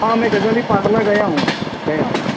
हां मैं गझाली पार्ला गया हूँ गया हूँ